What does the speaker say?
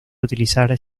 utilizar